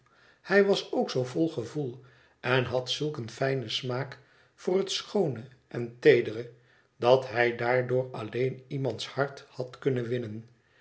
hij was ook zoo vol gevoel en had zulk een fijnen smaak voor het schoone en teedere dat hij daardoor alleen iemands hart had kunnen winnen